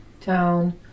town